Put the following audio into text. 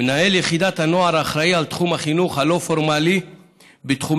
מנהל יחידת הנוער אחראי לתחום החינוך הלא-פורמלי בתחומי